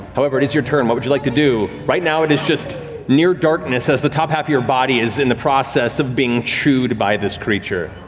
however, it is your turn. what would you like to do? right now it is just near darkness as the top half of your body is in the process of being chewed by this creature.